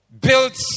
Built